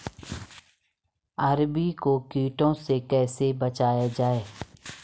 अरबी को कीटों से कैसे बचाया जाए?